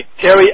Terry